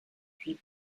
puis